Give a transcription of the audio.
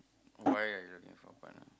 why are you looking for a partner